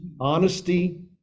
honesty